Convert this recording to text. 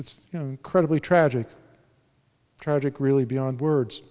it's credibly tragic tragic really beyond words